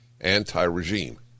anti-regime